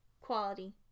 quality